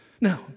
Now